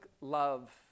love